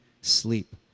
sleep